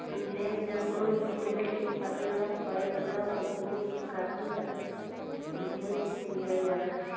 भेड़ जब ऊन के ढेर उत्पादन न करेले तब ओकनी के काटे ला भेज दीहल जाला